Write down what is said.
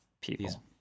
people